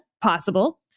possible